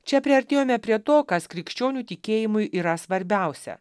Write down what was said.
čia priartėjome prie to kas krikščionių tikėjimui yra svarbiausia